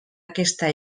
aquesta